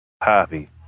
happy